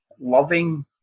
loving